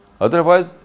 Otherwise